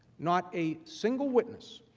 not a single witness